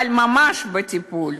אבל ממש לטיפול.